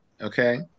Okay